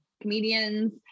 comedians